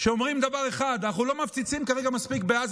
שאומרים דבר אחד: אנחנו לא מפציצים מספיק בעזה,